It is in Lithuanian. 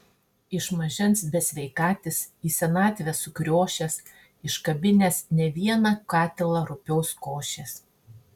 iš mažens besveikatis į senatvę sukriošęs iškabinęs ne vieną katilą rupios košės